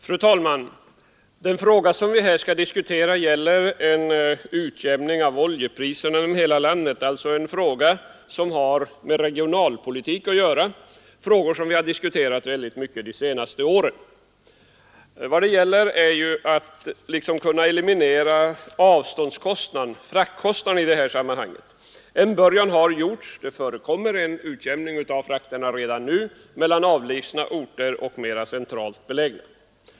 Fru talman! Den fråga som vi här skall diskutera gäller en utjämning över hela landet av oljepriserna. Det är alltså en fråga som har med regionalpolitik att göra — sådana frågor har vi ju diskuterat mycket under de senaste åren. Vad det gäller är att söka eliminera avståndskostnaden — fraktkostnaden — i det här sammanhanget. En början har gjorts. Det förekommer redan nu en utjämning av frakterna mellan avlägsna orter och mera centralt belägna.